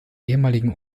ehemaligen